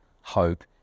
hope